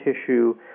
tissue